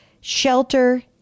shelter